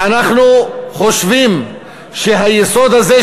ואנחנו חושבים שהיסוד הזה,